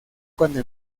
cuando